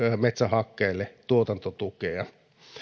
metsähakkeelle tuotantotukea